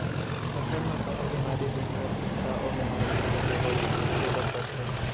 फसल म कोनो बेमारी दिखत हे त ओ बेमारी के दवई छिंचे बर परथे